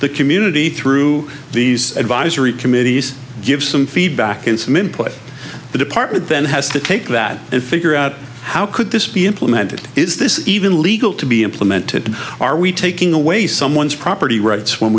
the community through these advisory committees give some feedback and some input the department then has to take that and figure out how could this be implemented is this even legal to be implemented are we taking away someone's property rights when